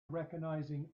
recognizing